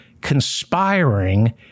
conspiring